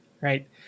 right